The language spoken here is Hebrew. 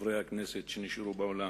חברי הכנסת שנשארו באולם,